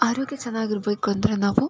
ಆರೋಗ್ಯ ಚೆನ್ನಾಗಿರ್ಬೇಕು ಅಂದರೆ ನಾವು